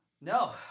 No